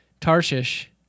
Tarshish